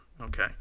Okay